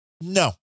No